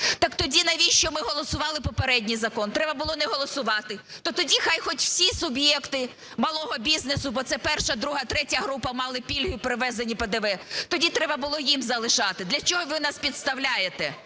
Тоді навіщо ми голосували попередній закон. Треба було не голосувати. То тоді хай, хоч би ті суб'єкти малого бізнесу, бо це 1, 2, 3 група мали пільги при ввезені ПДВ. Тоді треба було їм залишати. Для чого ви нас підставляєте.